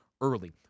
early